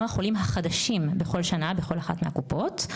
החולים החדשים בכל שנה בכל אחת מהקופות.